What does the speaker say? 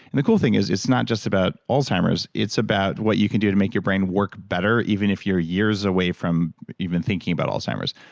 the cool thing is it's not just about alzheimer's, it's about about what you can do to make your brain work better even if you're years away from even thinking about alzheimer's.